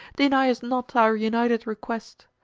deny us not our united request.